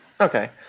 okay